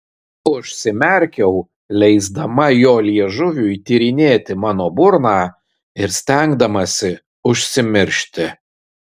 užsimerkiau leisdama jo liežuviui tyrinėti mano burną ir stengdamasi užsimiršti